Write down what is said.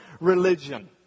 religion